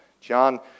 John